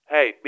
Hey